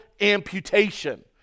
amputation